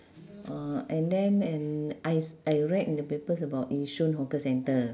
uh and then and I s~ I read in the papers about yishun hawker centre